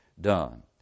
done